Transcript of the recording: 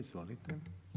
Izvolite.